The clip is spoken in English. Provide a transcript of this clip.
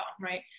right